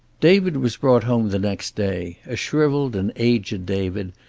david was brought home the next day, a shrivelled and aged david,